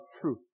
truth